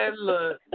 look